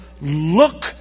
look